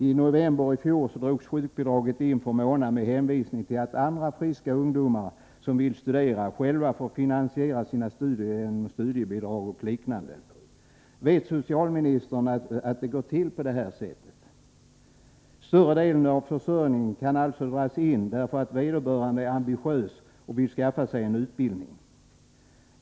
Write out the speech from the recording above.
I november i fjol drogs sjukbidraget in för Mona med hänvisning till att andra, friska ungdomar som vill studera själva får finansiera sina studier genom studiebidrag eller liknande. Vet socialministern att det går till på det sättet? Större delen av försörjningen kan alltså dras in därför att vederbörande är ambitiös och vill skaffa sig en utbildning.